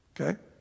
okay